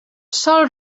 sol